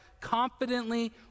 confidently